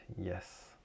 yes